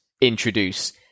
introduce